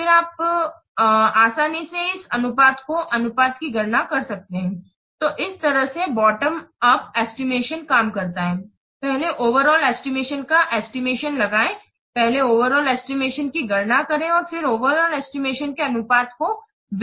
फिर आप आसानी से इस अनुपात के अनुपात की गणना कर सकते है तो इस तरह से बॉटम उप एस्टिमेशन काम करता है पहले ओवरआल एस्टिमेशन का एस्टिमेशन लगाएं पहले ओवरआल एस्टिमेशन की गणना करें और फिर ओवरआल एस्टिमेशन के अनुपात को